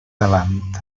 davant